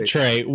Trey